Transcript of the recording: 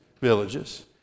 villages